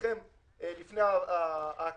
אתכם לפני ההקראה,